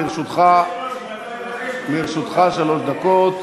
לרשותך שלוש דקות.